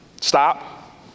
Stop